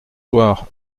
soir